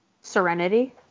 Serenity